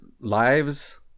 lives